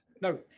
No